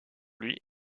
lui